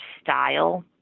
style